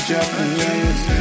Japanese